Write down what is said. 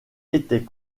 était